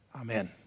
Amen